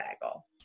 bagel